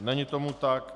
Není tomu tak.